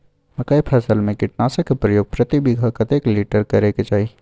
मकई फसल में कीटनासक के प्रयोग प्रति बीघा कतेक लीटर करय के चाही?